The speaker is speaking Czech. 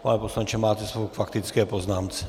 Pane poslanče, máte slovo k faktické poznámce.